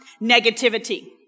negativity